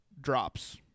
drops